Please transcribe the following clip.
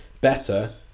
better